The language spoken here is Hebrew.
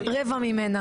רבע ממנה.